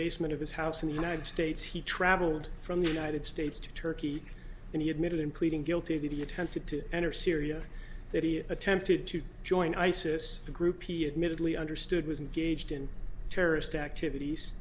basement of his house in the united states he traveled from the united states to turkey and he admitted in pleading guilty to attempted to enter syria that he attempted to join isis the group e admittedly understood was engaged in terrorist activities